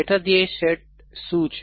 પેટા ધ્યેય સેટ શું છે